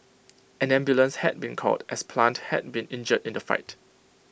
an ambulance had been called as plant had been injured in the fight